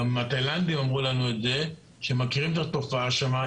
גם התאילנדים אמרו לנו את זה שהם מכירים את התופעה שם.